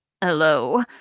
Hello